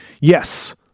Yes